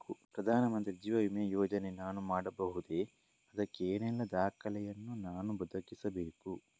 ಪ್ರಧಾನ ಮಂತ್ರಿ ಜೀವ ವಿಮೆ ಯೋಜನೆ ನಾನು ಮಾಡಬಹುದೇ, ಅದಕ್ಕೆ ಏನೆಲ್ಲ ದಾಖಲೆ ಯನ್ನು ನಾನು ಒದಗಿಸಬೇಕು?